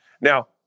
Now